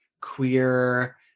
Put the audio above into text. queer